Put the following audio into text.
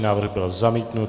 Návrh byl zamítnut.